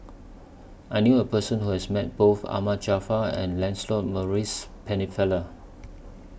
I knew A Person Who has Met Both Ahmad Jaafar and Lancelot Maurice Pennefather